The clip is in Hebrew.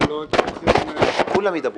הנציגים לא צריכים --- כולם ידברו,